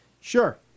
Sure